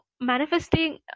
manifesting